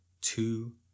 two